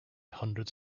hundreds